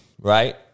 right